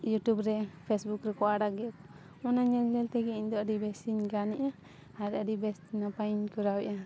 YouTube ᱨᱮ Facebook ᱨᱮᱠᱚ ᱟᱲᱟᱜ ᱮᱫᱟ ᱠᱚ ᱚᱱᱟ ᱧᱮᱞ ᱧᱮᱞ ᱛᱮᱜᱮ ᱤᱧ ᱫᱚ ᱟᱹᱰᱤ ᱵᱮᱥᱤᱧ ᱜᱟᱱᱮᱫᱼᱟ ᱟᱨ ᱟᱹᱰᱤ ᱵᱮᱥ ᱱᱟᱯᱟᱭᱤᱧ ᱠᱚᱨᱟᱣ ᱮᱫᱟ